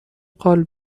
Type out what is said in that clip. قال